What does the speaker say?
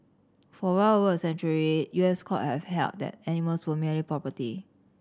for well over a century U S court have held that animals were merely property